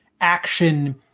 action